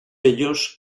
ellos